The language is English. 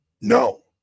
No